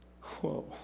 Whoa